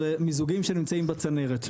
זה מיזוגים שנמצאים בצנרת,